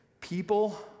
people